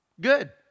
Good